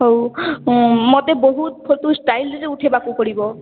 ହଉ ମତେ ବହୁତ୍ ଫୋଟୋ ଷ୍ଟାଇଲ୍ରେ ଉଠେଇବାକୁ ପଡ଼ିବ